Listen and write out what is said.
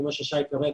כפי ששי אמר,